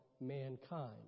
mankind